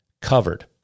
covered